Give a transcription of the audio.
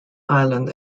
ireland